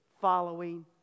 following